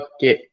Okay